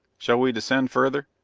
shall we descend further?